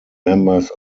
members